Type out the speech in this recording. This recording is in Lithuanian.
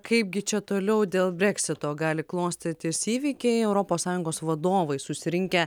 kaipgi čia toliau dėl breksito gali klostytis įvykiai europos sąjungos vadovai susirinkę